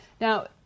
Now